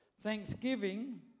Thanksgiving